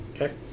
Okay